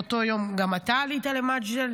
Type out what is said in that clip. באותו יום גם אתה עלית למג'דל,